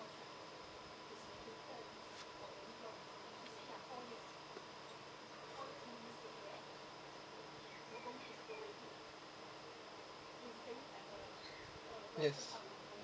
yes